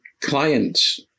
client's